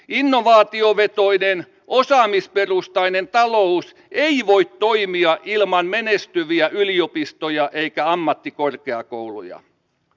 innovaatiovetoinen osaamisperustainen talous ei voi toimia ilman menestyviä yliopistoja eikä ammattikorkeakouluja